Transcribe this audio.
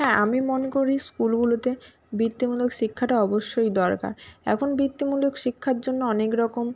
হ্যাঁ আমি মনে করি স্কুলগুলোতে বৃত্তিমূলক শিক্ষাটা অবশ্যই দরকার এখন বৃত্তিমূলক শিক্ষার জন্য অনেক রকম